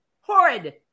horrid